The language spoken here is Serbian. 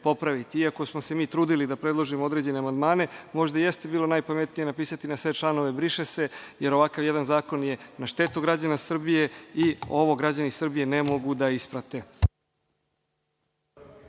iako smo se mi trudili da predložimo određene amandmane, možda jeste bilo najpametnije napisati na sve članove - briše se, jer ovakav jedan zakon je na štetu građana Srbije i ovo građani Srbije ne mogu da isprate.